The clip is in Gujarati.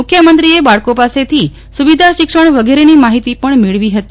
મુખ્યમંત્રીએ બાળકો પાસેથી સુવિધા શિક્ષણ વગેરેની માહિતી પણ મેળવી હતી